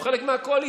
הוא חלק מהקואליציה.